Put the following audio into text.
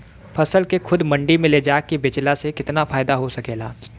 फसल के खुद मंडी में ले जाके बेचला से कितना फायदा हो सकेला?